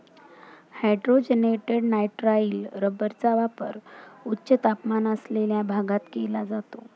hydrogenated nitrile रबरचा वापर उच्च तापमान असलेल्या भागात केला जातो